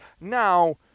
Now